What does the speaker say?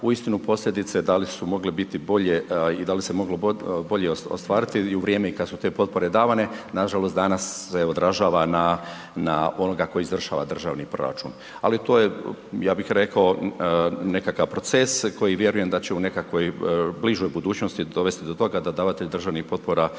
uistinu posljedice da li su mogle biti i da li se moglo bolje ostvariti i u vrijeme kada su potpore davane, nažalost danas se odražava na onoga tko izvršava državni proračun. Ali to je ja bih rekao nekakav proces koji vjerujem da će u nekakvoj bližoj budućnosti dovesti do toga da davatelj državnih potpora